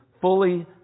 fully